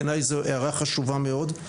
בעיניי זו הערה חשובה מאוד.